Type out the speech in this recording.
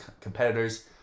competitors